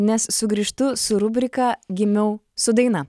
nes sugrįžtu su rubrika gimiau su daina